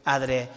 Adre